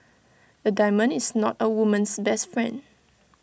A diamond is not A woman's best friend